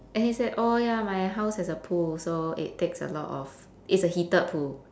and he said oh ya my house has a pool so it takes a lot of it's a heated pool